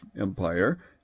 empire